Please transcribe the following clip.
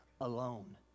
alone